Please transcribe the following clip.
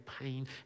pain